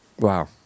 wow